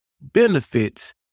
benefits